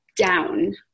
down